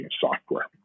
software